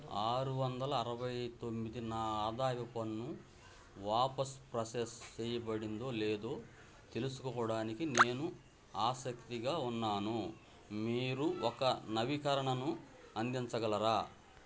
ఆరు వందల అరవై తొమ్మిది నా ఆదాయపు పన్ను వాపస్ ప్రసెస్ చేయబడిందో లేదో తెలుసుకోవడానికి నేను ఆసక్తిగా ఉన్నాను మీరు ఒక నవీకరణను అందించగలరా